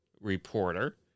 reporter